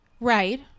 right